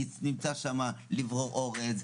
נמצא שם לברור אורז.